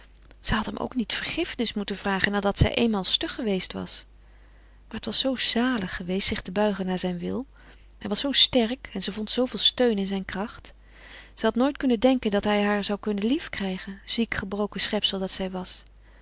zij had hem ook niet vergiffenis moeten vragen nadat zij eenmaal stug geweest was maar het was zoo zalig geweest zich te buigen naar zijn wil hij was zoo sterk en zij vond zooveel steun in zijn kracht zij had nooit kunnen denken dat hij haar zou kunnen liefkrijgen ziek gebroken schepsel dat zij was